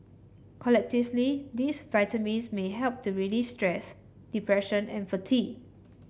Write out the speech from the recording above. collectively these vitamins may help to release stress depression and fatigue